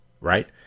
right